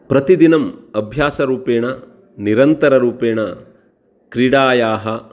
प्रतिदिनम् अभ्यासरूपेण निरन्तररूपेण क्रीडायाः